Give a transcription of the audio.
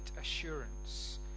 assurance